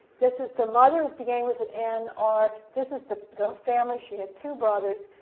this is the mother beginning with an n r this is the the family, she had two brothers,